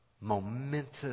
momentous